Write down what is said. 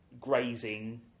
grazing